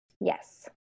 Yes